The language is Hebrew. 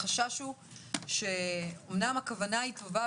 החשש הוא שאמנם הכוונה היא טובה,